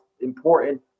important